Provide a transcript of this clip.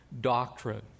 doctrine